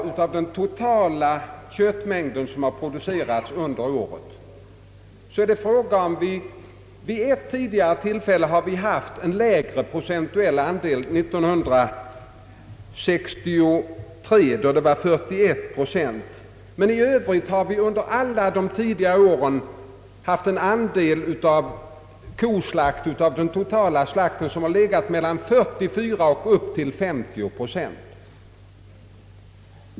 Av den totala köttmängd som har producerats har vi vid endast ett tidigare tillfälle haft en lägre procentuell andel, och det var 1963 då det var 41 procent, I övrigt har under alla de tidigare åren koslaktens andel av den totala slakten legat mellan 44 och 530 procent.